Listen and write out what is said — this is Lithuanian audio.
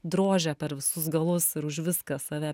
drožia per visus galus ir už viską save